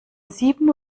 sieben